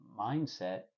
mindset